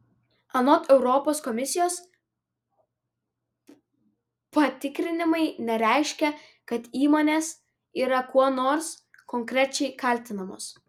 anot europos komisijos patikrinimai nereiškia kad įmonės yra kuo nors konkrečiai kaltinamos